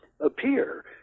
appear